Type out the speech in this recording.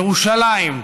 ירושלים,